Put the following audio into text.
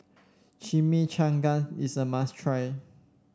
Chimichangas is a must try